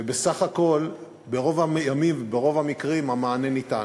ובסך הכול, ברוב הימים וברוב המקרים המענה ניתן.